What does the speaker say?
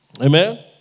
Amen